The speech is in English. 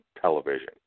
television